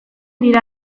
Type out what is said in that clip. dira